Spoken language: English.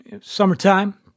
Summertime